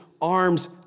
arms